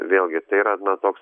vėlgi tai yra na toks